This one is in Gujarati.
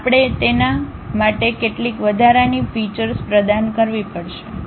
આપણે તેના માટે કેટલીક વધારાની ફીચૅસ પ્રદાન કરવી પડશે બરાબર